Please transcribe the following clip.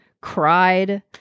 cried